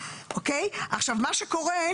עכשיו מה שקורה,